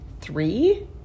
three